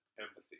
empathy